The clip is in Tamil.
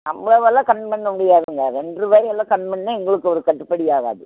அவ்வளவெல்லாம் கம்மி பண்ணமுடியாதுங்க ரெண்ட்ரூவாயெல்லாம் கம்மி பண்ணால் எங்களுக்கு ஒரு கட்டுப்படியாகாது